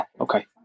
okay